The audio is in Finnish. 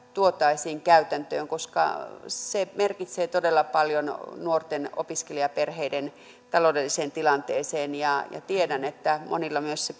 tuotaisiin käytäntöön koska se merkitsee todella paljon nuorten opiskelijaperheiden taloudelliseen tilanteeseen ja tiedän että monilla myös se